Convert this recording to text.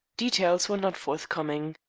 details were not forthcoming.